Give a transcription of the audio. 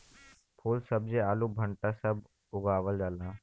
फूल सब्जी आलू भंटा सब उगावल जाला